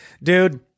Dude